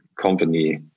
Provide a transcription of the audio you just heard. company